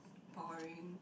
boring